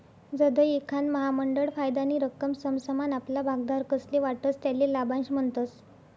जधय एखांद महामंडळ फायदानी रक्कम समसमान आपला भागधारकस्ले वाटस त्याले लाभांश म्हणतस